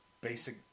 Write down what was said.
basic